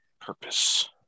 purpose